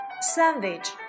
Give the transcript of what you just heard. sandwich